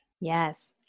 Yes